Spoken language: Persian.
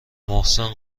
محسن